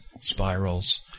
spirals